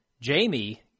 Jamie